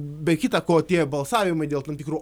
be kita ko tie balsavimai dėl tam tikrų